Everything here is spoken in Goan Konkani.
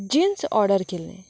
जिन्स ऑर्डर केल्ली